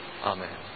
Amen